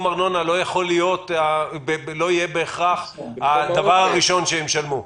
ארנונה לא יהיה בהכרח הדבר הראשון שהם ישלמו.